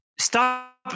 Stop